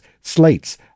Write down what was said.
slates